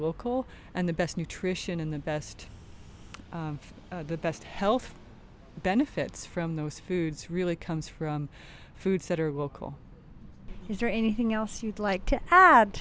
vocal and the best nutrition in the best the best health benefits from those foods really comes from foods that are local is there anything else you'd like